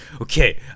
okay